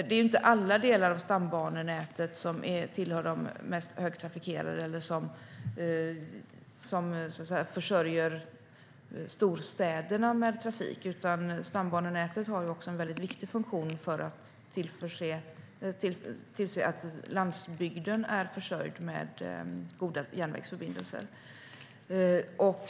Det är inte alla delar av stambanenätet som tillhör de mest trafikerade eller som försörjer storstäderna med trafik, utan stambanenätet har också en viktig funktion för att tillse att landsbygden är försörjd med goda järnvägsförbindelser.